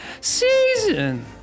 season